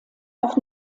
auch